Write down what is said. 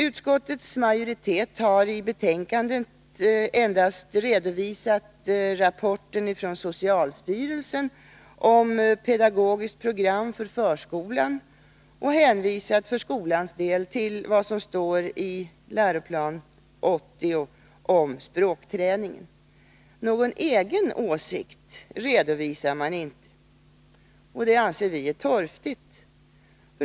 Utskottets majoritet har i betänkandet endast redovisat rapporten från socialstyrelsen om ett pedagogiskt program för förskolan och hänvisat för skolans del till vad som står i Läroplan 80 om språkträning. Någon egen åsikt redovisar man inte. Vi anser detta torftigt.